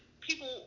people